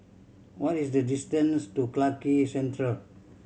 what is the distance to Clarke Quay Central